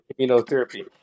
immunotherapy